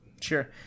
Sure